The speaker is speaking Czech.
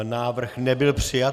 Návrh nebyl přijat.